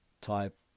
type